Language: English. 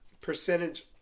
percentage